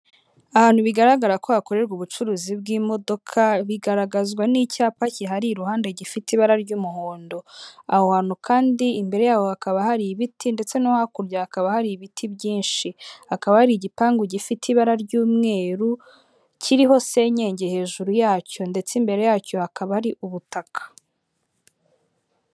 Ahantu bigaragara ko hakorerwa ubucuruzi bw'imodoka, bigaragazwa n'icyapa kihari iruhande gifite ibara ry'umuhondo, aho hantu kandi imbere ya hakaba hari ibiti ndetse no hakurya hakaba hari ibiti byinshi, hakaba hari igipangu gifite ibara ry'umweru, kiriho senyenge hejuru yacyo ndetse imbere yacyo hakaba ari ubutaka.